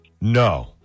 No